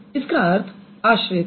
इसका अर्थ आश्रित है